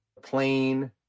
Plain